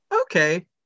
okay